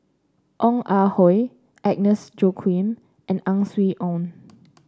Ong Ah Hoi Agnes Joaquim and Ang Swee Aun